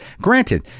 Granted